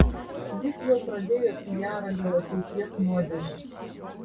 jis jau pradėjo pijarą dėl ateities nuodėmių